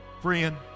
Friend